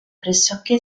pressoché